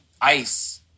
Ice